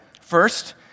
First